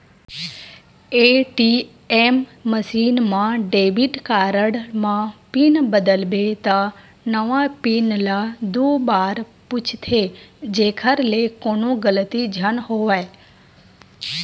ATM machine म debit card म pin बदलबे त नवा पिन ल दू बार पूछथे जेखर ले कोनो गलती झन होवय